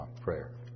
prayer